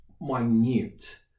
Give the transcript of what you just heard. minute